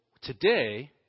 today